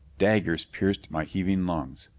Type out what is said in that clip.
daggers pierced my heaving lungs.